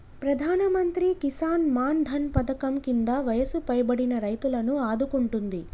ప్రధానమంత్రి కిసాన్ మాన్ ధన్ పధకం కింద వయసు పైబడిన రైతులను ఆదుకుంటుంది